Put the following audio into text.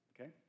okay